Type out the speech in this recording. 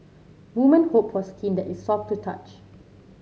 women hope for skin that is soft to touch